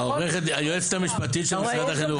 היועצת המשפטית של משרד החינוך,